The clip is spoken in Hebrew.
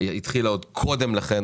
התחילה עוד קודם לכן,